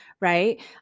Right